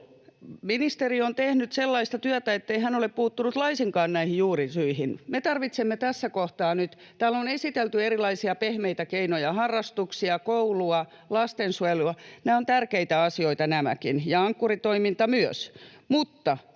Ministeri on tehnyt sellaista työtä, ettei hän ole puuttunut laisinkaan näihin juurisyihin. — Täällä on esitelty erilaisia pehmeitä keinoja, harrastuksia, koulua, lastensuojelua. Nämäkin ovat tärkeitä asioita, ja Ankkuri-toiminta myös,